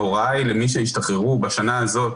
ההוראה היא למי שהשתחררו בשנה הזו,